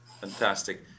Fantastic